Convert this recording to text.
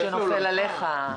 או כשנופל עליך.